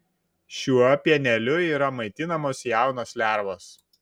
šiuo pieneliu yra maitinamos jaunos lervos